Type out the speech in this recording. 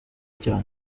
cyane